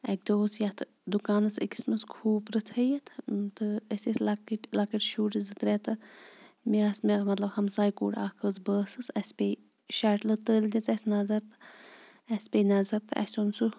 اَکہِ دۄہ اوس یَتھ دُکانَس أکِس منٛز کھوٗپرٕ تھٲیِتھ تہٕ أسۍ ٲسۍ لۄکٕٹۍ لۄکٕٹۍ شُرۍ زٕ ترٛےٚ تہٕ مےٚ آسہٕ مےٚ مطلب ہمساے کوٗر اَکھ ٲس بہٕ ٲسٕس اَسہِ پے شَٹلہٕ تٔلۍ دِژ اَسہِ نظر اَسہِ پے نَظر تہٕ اَسہِ اوٚن سُہ